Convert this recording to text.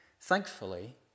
thankfully